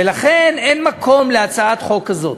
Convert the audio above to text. ולכן אין מקום להצעת חוק כזאת.